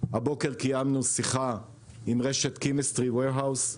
הבוקר קיימנו שיחה עם רשת Chemist Warehouse .